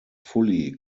fully